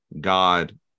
God